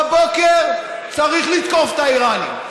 בבוקר, צריך לתקוף את האיראנים,